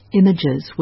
images